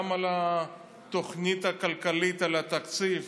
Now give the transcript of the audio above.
גם על התוכנית הכלכלית, על התקציב,